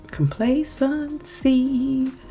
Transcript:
complacency